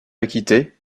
acquitté